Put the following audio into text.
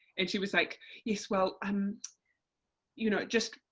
and she was like yes well, um you know just,